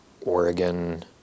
Oregon